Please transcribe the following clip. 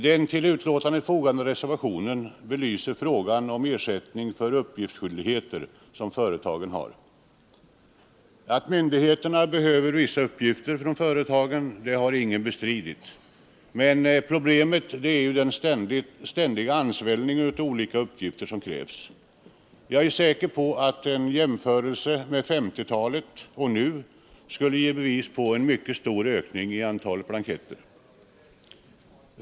Den till betänkandet fogade reservationen belyser frågan om ersätt Företagens uppgifts ning för de uppgiftsskyldigheter som företagen har. Att myndigheterna - skyldighet behöver vissa uppgifter från företagen har ingen bestritt, men problemet gäller den ständiga ansvällningen av olika uppgifter som man kräver. Jag är säker på att en jämförelse med 1950-talet skulle ge belägg för en mycket stor ökning av det antal blanketter som skall fyllas i.